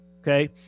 okay